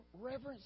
reverence